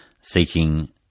seeking